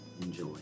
enjoy